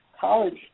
college